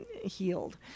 healed